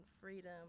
freedom